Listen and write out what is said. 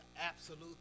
absolute